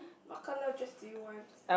what colour of dress do you want to